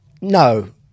no